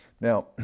Now